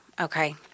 okay